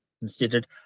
considered